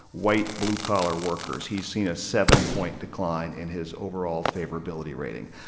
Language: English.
white, blue-collar workers, he's seen a seven-point decline in his overall favorability rating.